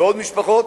ועוד משפחות,